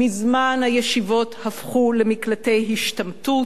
מזמן הישיבות הפכו למקלטי השתמטות.